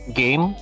game